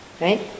Right